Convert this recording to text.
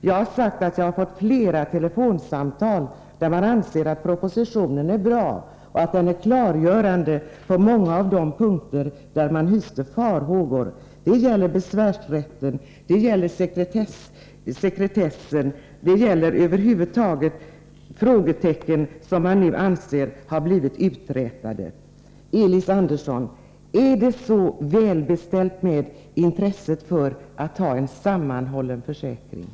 Jag sade att jag har fått flera telefonsamtal från personer som sagt att propositionen är bra, att den är klargörande på många av de punkter där man hyste farhågor. Det gäller besvärsrätten, det gäller sekretessen, det gäller över huvud taget frågetecken som man nu anser har blivit uträtade. Men, Elis Andersson, hur väl beställt är det med intresset för att ha en sammanhållen försäkring?